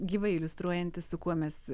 gyvai iliustruojantis su kuo mes